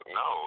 no